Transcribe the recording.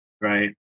right